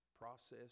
process